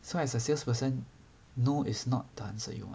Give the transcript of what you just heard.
so as a salesperson no is not the answer you know